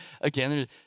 again